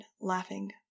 laughing